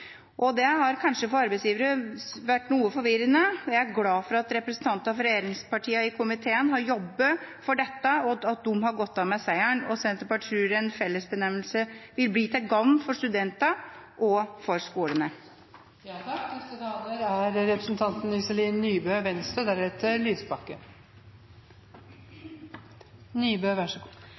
Det har kanskje vært noe forvirrende for arbeidsgivere. Jeg er glad for at representantene fra regjeringspartiene i komiteen har jobbet for dette, og at de har gått av med seieren. Senterpartiet tror en fellesbenevnelse vil bli til gagn for studentene og for